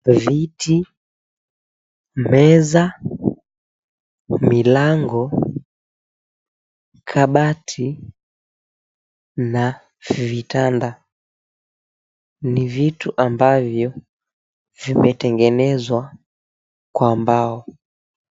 Viti, meza, milango, kabati na vitanda ni vitu ambavyo vimetengenezwa kwa mbao.